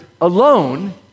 alone